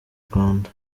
rwanda